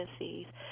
agencies